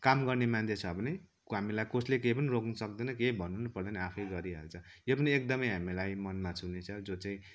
काम गर्ने मान्छे छ भने हामीलाई कसले के पनि रोक्नु सक्दैन केही भन्नु पनि पर्दैन आफै गरिहाल्छ यो पनि एकदमै हामीलाई मनमा छुने छ जो चाहिँ